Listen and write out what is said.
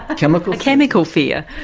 ah chemical chemical fear.